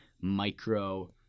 micro